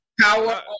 Power